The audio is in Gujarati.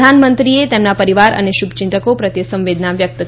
પ્રધાનમંત્રીએ તેમના પરિવાર અને શુભયિંતકો પ્રત્યે સંવેદના વ્યક્ત કરી છે